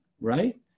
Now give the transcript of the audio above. right